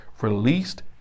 released